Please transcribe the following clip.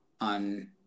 on